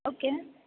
okay